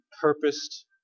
purposed